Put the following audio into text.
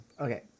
okay